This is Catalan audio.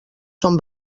són